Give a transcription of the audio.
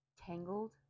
Tangled